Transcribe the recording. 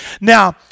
Now